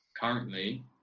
currently